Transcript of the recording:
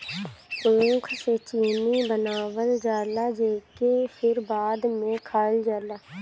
ऊख से चीनी बनावल जाला जेके फिर बाद में खाइल जाला